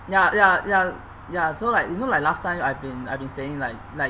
ya ya ya ya so like you know last time I been I've been saying like like